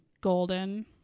Golden